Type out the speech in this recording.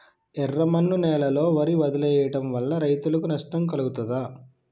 ఎర్రమన్ను నేలలో వరి వదిలివేయడం వల్ల రైతులకు నష్టం కలుగుతదా?